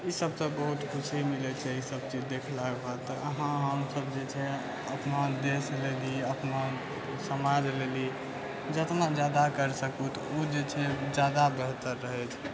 ई सबसँ बहुत खुशी मिलैत छै ई सब चीज देखलाके बाद तऽ अहाँ हमसब जे छै अपना देश लेल अपना समाज लेल जितना जादा कर सकूँ तऽ ओ जे छै जादा बेहतर रहैत छै